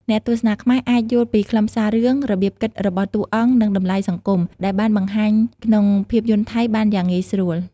អ្នកទស្សនាខ្មែរអាច យល់ពីខ្លឹមសាររឿង របៀបគិតរបស់តួអង្គ និងតម្លៃសង្គម ដែលបានបង្ហាញក្នុងភាពយន្តថៃបានយ៉ាងងាយស្រួល។